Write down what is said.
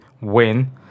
win